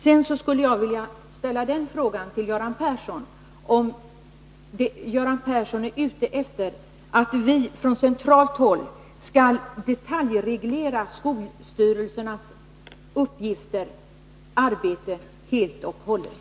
Sedan skulle jag vilja fråga Göran Persson om han är ute efter att vi från centralt håll skall detaljreglera skolstyrelsernas uppgifter och arbete helt och hållet.